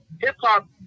hip-hop